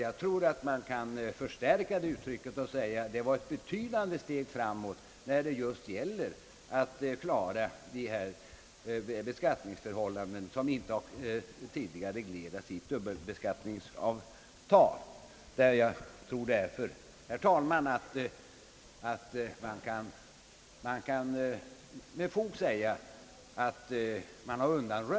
Jag tror att man kan förstärka uttrycket och säga att det var ett betydande steg framåt just när det gäller att klara dessa beskattningsförhållanden som inte tidigare reglerats i dubbelbeskattningsavtal. Herr talman! Jag tror att man med fog kan säga att vi har undanröjt tidi gare svårigheter på det här området. Därför ber jag att få yrka bifall till utskottets hemställan i punkten III.